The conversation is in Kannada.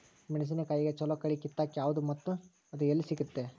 ಮೆಣಸಿನಕಾಯಿಗ ಛಲೋ ಕಳಿ ಕಿತ್ತಾಕ್ ಯಾವ್ದು ಮತ್ತ ಅದ ಎಲ್ಲಿ ಸಿಗ್ತೆತಿ?